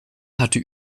hatte